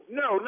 no